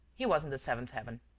he was in the seventh heaven.